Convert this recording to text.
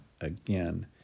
again